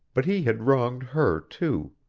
but he had wronged her too.